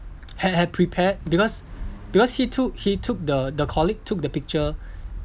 had had prepared because because he took he took the the colleague took the picture